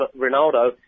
Ronaldo